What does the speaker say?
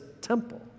temple